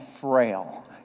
frail